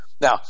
Now